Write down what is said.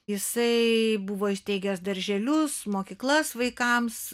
jisai buvo įsteigęs darželius mokyklas vaikams